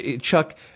Chuck